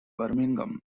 birmingham